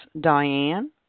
Diane